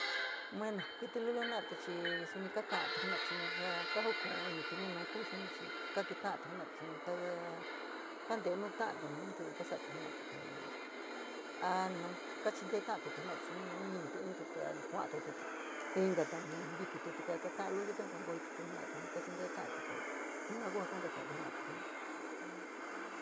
Bueno kítí luli inna’ati chií suni ka ka’anti jina’ati suni ka, kajuku’un íniti nu nu’u ku’u suni chi ka keta’anti jina’ati suni kaá kaá nteé nu ta’anti nu’u ntií ka sa’ati jina’ati teé a nu kachinteé ta’anti jina’ati chi nú nunijiniti íntite te ani kua’antitu te inka ta nintiki tataá ta’an luliti in.